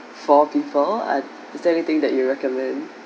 four people eh is there anything that you recommend